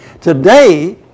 Today